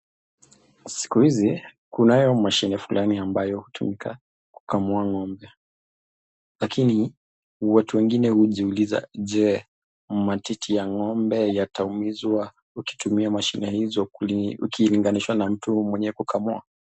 Siku hizi, kunayo mashini fulani ambayo hutumika kukamua ng'ombe, lakini watu wengine hujiuliza je, matiti ya ng' ombe yataumizwa ukitumia mashini hizo ukilinganisha na mtu mwenye kukamua?